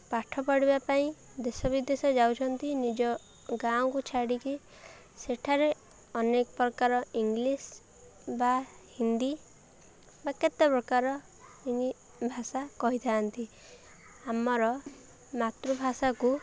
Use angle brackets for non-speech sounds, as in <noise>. ପାଠ ପଢ଼ିବା ପାଇଁ ଦେଶ ବିଦେଶ ଯାଉଛନ୍ତି ନିଜ ଗାଁକୁ ଛାଡ଼ିକି ସେଠାରେ ଅନେକ ପ୍ରକାର ଇଂଲିଶ୍ ବା ହିନ୍ଦୀ ବା କେତେ ପ୍ରକାର ଭାଷା <unintelligible> କହିଥାନ୍ତି ଆମର ମାତୃଭାଷାକୁ